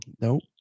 Nope